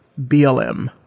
BLM